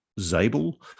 Zabel